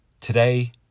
Today